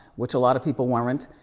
which a lot of people weren't,